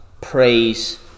praise